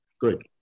good